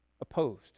opposed